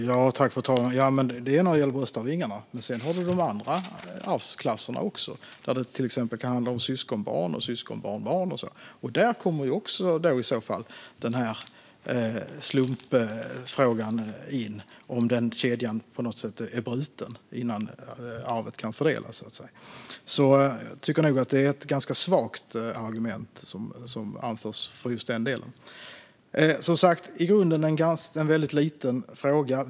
Fru talman! Ja, det gäller bröstarvingarna. Men sedan har du de andra arvsklasserna, där det kan handla om syskonbarn, syskonbarnbarn och så vidare. Där kommer i så fall slumpfrågan in, om den kedjan på något sätt är bruten innan arvet kan fördelas. Jag tycker nog att det är ett ganska svagt argument som anförs i just den delen. I grunden är det som sagt en väldigt liten fråga.